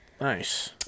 Nice